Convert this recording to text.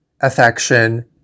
affection